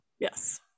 yes